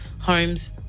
homes